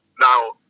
Now